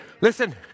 Listen